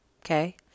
okay